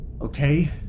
Okay